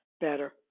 better